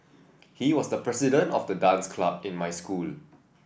he was the president of the dance club in my school